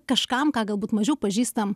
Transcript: kažkam ką galbūt mažiau pažįstam